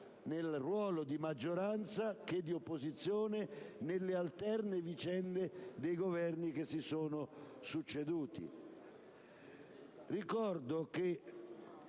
nel ruolo di maggioranza che di opposizione, nelle alterne vicende dei Governi che si sono succeduti. Ricordo che